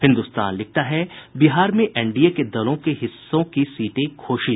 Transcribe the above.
हिन्दुस्तान लिखता है बिहार में एनडीए के दलों के हिस्सों की सीटें घोषित